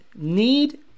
need